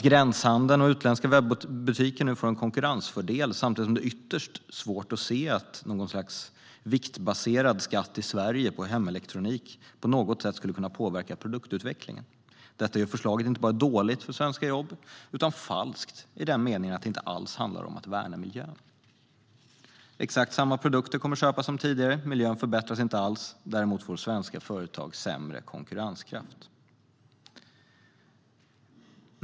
Gränshandeln och utländska webbutiker får en konkurrensfördel samtidigt som det är ytterst svårt att se att någon sorts viktbaserad skatt på hemelektronik i Sverige på något sätt skulle kunna påverka produktutvecklingen. Detta gör förslaget inte bara dåligt för svenska jobb utan även falskt i den meningen att det inte alls handlar om att värna miljön. Exakt samma produkter som tidigare kommer att köpas. Miljön förbättras inte alls. Däremot får svenska företag sämre konkurrenskraft.